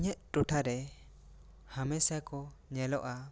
ᱤᱧᱟᱹᱜ ᱴᱚᱴᱷᱟ ᱨᱮ ᱦᱟᱢᱮᱥᱟ ᱠᱚ ᱧᱮᱞᱚᱜᱼᱟ